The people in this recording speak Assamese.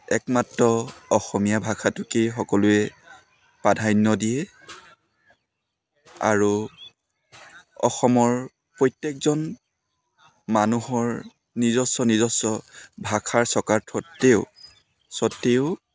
একমাত্ৰ অসমীয়া ভাষাটোকেই সকলোৱে প্ৰাধান্য দিয়ে আৰু অসমৰ প্ৰত্যেকজন মানুহৰ নিজস্ব নিজস্ব ভাষা থকৰ স্বত্তেও স্বত্তেও